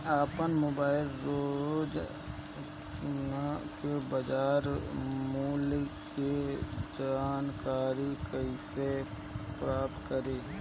आपन मोबाइल रोजना के बाजार मुल्य के जानकारी कइसे प्राप्त करी?